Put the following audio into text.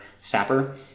Sapper